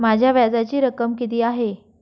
माझ्या व्याजाची रक्कम किती आहे?